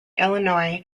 illinois